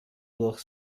durch